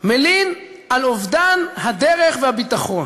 מלין על אובדן הדרך והביטחון.